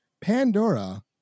Pandora